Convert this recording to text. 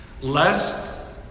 Lest